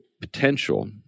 potential